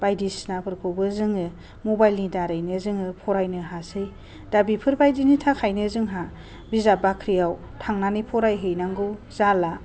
बायदिसिनाफोरखौबो जोङो मबाइलि दारैनो जोङो फरायनो हासै दा बेफोर बायदिनि थाखायनो जोंहा बिजाब बाख्रियाव थांनानै फरायहैनांगौ जाला